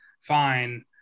fine